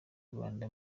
rwanda